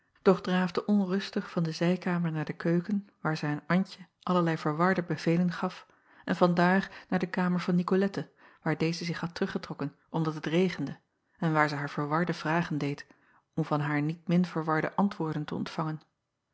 doch draafde onrustig van de zijkamer naar de keuken waar zij aan ntje allerlei verwarde bevelen gaf en vandaar naar de kamer van icolette waar deze zich had teruggetrokken omdat het regende en waar zij haar verwarde vragen deed om van haar niet min verwarde antwoorden te ontvangen